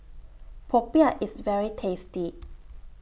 Popiah IS very tasty